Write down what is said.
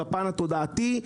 בפן התודעתי,